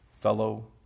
fellow